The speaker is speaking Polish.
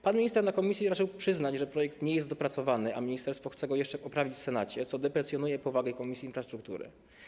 Pan minister na posiedzeniu komisji raczył przyznać, że projekt nie jest dopracowany, a ministerstwo chce go jeszcze poprawić w Senacie, co deprecjonuje powagę Komisji Infrastruktury.